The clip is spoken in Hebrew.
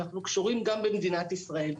אנחנו קשורים גם במדינת ישראל.